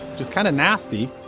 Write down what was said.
which is kind of nasty,